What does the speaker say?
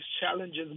challenges